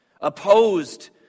opposed